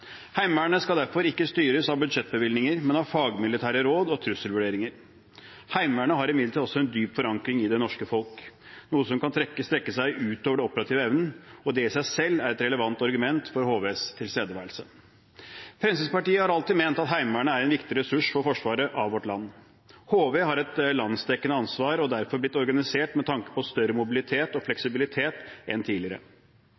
Heimevernet skal derfor ikke styres av budsjettbevilgninger, men av fagmilitære råd og trusselvurderinger. Heimevernet har imidlertid også en dyp forankring i det norske folk, noe som kan strekke seg utover den operative evnen, og det i seg selv er et relevant argument for HVs tilstedeværelse. Fremskrittspartiet har alltid ment at Heimevernet er en viktig ressurs for forsvaret av vårt land. HV har et landsdekkende ansvar og er derfor blitt organisert med tanke på større mobilitet og